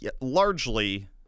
Largely